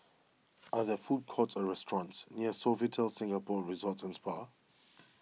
are there food courts or restaurants near Sofitel Singapore Resort and Spa